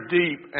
deep